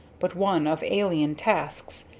but one of alien tasks,